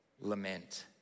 lament